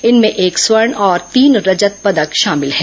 इनमें एक स्वर्ण और तीन रजत पदक शामिल हैं